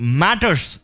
matters